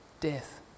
death